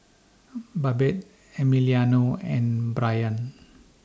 Babette Emiliano and Brayan